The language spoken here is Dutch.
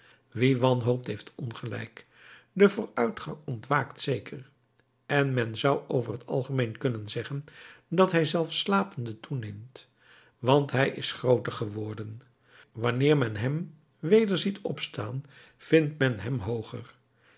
wie wanhoopt heeft ongelijk de vooruitgang ontwaakt zeker en men zou over t algemeen kunnen zeggen dat hij zelfs slapende toeneemt want hij is grooter geworden wanneer men hem weder ziet opstaan vindt men hem hooger